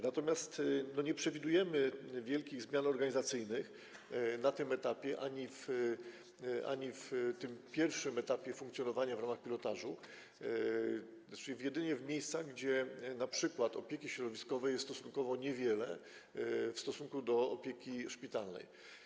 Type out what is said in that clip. Natomiast nie przewidujemy wielkich zmian organizacyjnych na tym etapie ani na tym pierwszym etapie funkcjonowania w ramach pilotażu, tzn. jedynie w miejscach, gdzie np. wymiar opieki środowiskowej jest stosunkowo niewielki w porównaniu z opieką szpitalną.